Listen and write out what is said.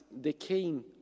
decaying